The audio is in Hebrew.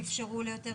שבעצם אפשרו ליותר